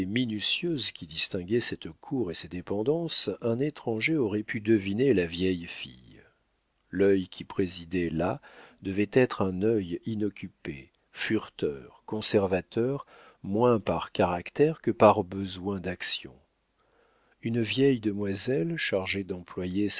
minutieuse qui distinguait cette cour et ses dépendances un étranger aurait pu deviner la vieille fille l'œil qui présidait là devait être un œil inoccupé fureteur conservateur moins par caractère que par besoin d'action une vieille demoiselle chargée d'employer